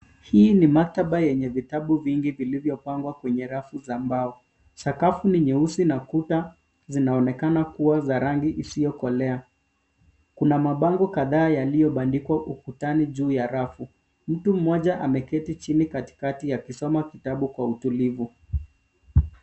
Hii ni maktaba yenye vitabu vingi vilivyopangwa kwenye rafu za mbao. Sakafu ni nyeusi na kuta zinaonekana kuwa za rangi isiyokolea. Kuna mabango kadhaa yaliyobandikwa ukutani juu ya rafu. Mtu mmoja ameketi chini katikati akisoma kitabu kwa utulivu.